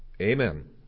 Amen